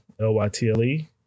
L-Y-T-L-E